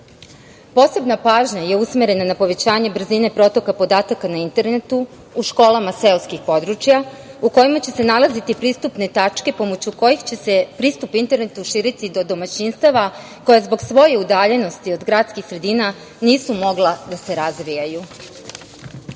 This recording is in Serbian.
države. Posebna pažnja je usmerena na povećanje brzine protoka podataka na internetu, u školama seoskih područja, u kojima će se nalaziti pristupne tačke pomoću kojih će se pristup internetu širiti do domaćinstava koja zbog svoje udaljenosti od gradskih sredina nisu mogla da se razvijaju. Opremanje